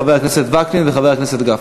חבר הכנסת וקנין וחבר הכנסת גפני.